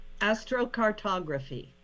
Astrocartography